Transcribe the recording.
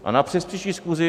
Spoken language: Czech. A na přespříští schůzi?